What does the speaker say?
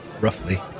roughly